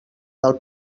del